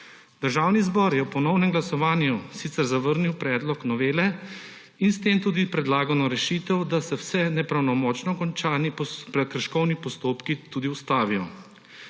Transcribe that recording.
Državni zbor je ob ponovnem glasovanju sicer zavrnil predlog novele in s tem tudi predlagano rešitev, da se vsi nepravnomočno končani prekrškovni postopki tudi ustavijo.